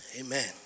Amen